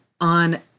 on